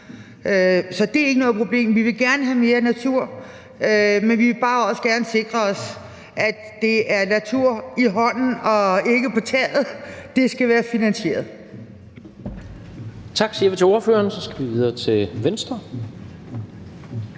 så det er ikke noget problem. Vi vil gerne have mere natur, men vi vil bare også gerne sikre os, at det er natur i hånden og ikke på taget: Det skal være finansieret.